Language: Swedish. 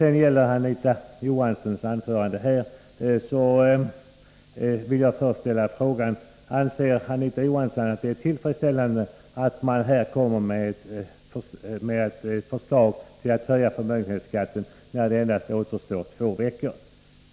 Beträffande Anita Johanssons anförande vill jag fråga: Anser Anita Johansson att det är tillfredsställande att föreslå en höjning av förmögenhetsskatten när det återstår endast två veckor?